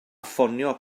ffonio